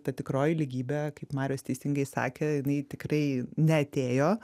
ta tikroji lygybė kaip marius teisingai sakė jinai tikrai neatėjo